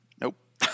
Nope